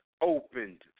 opened